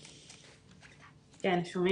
איתנו?